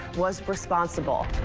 was responsible.